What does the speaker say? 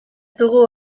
dugu